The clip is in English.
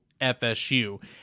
FSU